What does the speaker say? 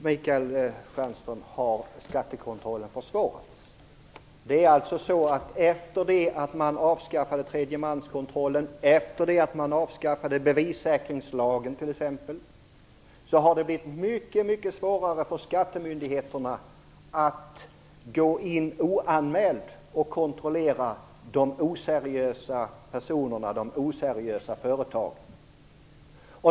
Fru talman! Jo, visst har skattekontrollen försvårats! Efter det att man avskaffade t.ex. tredjemanskontrollen och bevissäkringslagen har det blivit mycket svårare för skattemyndigheterna att oanmälda gå in och kontrollera oseriösa personer och företag.